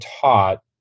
taught